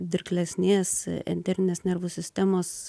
dirglesnės enterinės nervų sistemos